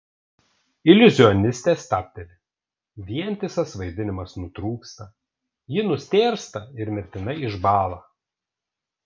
iliuzionistė stabteli vientisas vaidinimas nutrūksta ji nustėrsta ir mirtinai išbąla